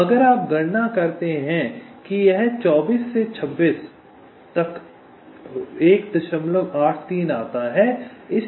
तो अगर आप गणना करते हैं कि यह 24 से 26 तक 183 आता है